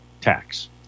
tax